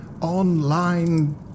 online